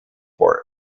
for